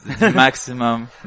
Maximum